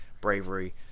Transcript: bravery